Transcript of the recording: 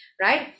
right